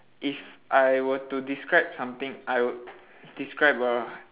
if I were to describe something I would describe a